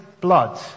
blood